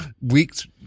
weeks